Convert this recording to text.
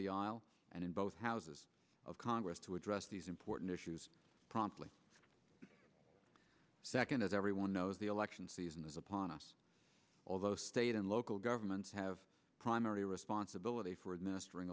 aisle and in both houses of congress to address these important issues promptly second as everyone knows the election season is upon us although state and local governments have primary responsibility for administerin